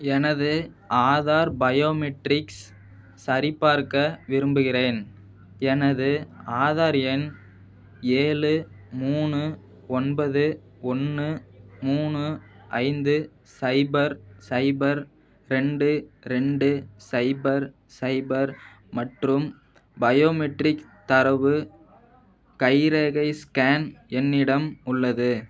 எனது ஆதார் பயோமெட்ரிக்ஸ் சரிபார்க்க விரும்புகிறேன் எனது ஆதார் எண் ஏழு மூணு ஒன்பது ஒன்று மூணு ஐந்து சைபர் சைபர் ரெண்டு ரெண்டு சைபர் சைபர் மற்றும் பயோமெட்ரிக் தரவு கைரேகை ஸ்கேன் என்னிடம் உள்ளது